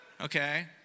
okay